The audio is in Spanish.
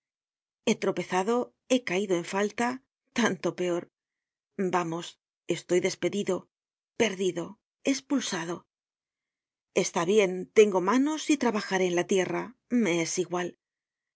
he tropezado he caido en falta tanto peor vamos estoy despedido perdido espulsado está bien tengo manos y trabajaré en la tierra mees igual